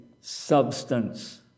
substance